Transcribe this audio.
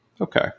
Okay